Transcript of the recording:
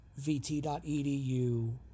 vt.edu